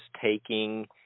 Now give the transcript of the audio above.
taking